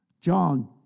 John